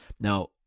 now